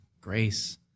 grace